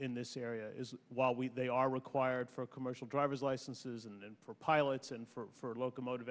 in this area is while we they are required for commercial driver's licenses and for pilots and for locomotive